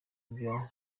vya